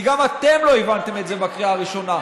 כי גם אתם לא הבנתם את זה בקריאה הראשונה,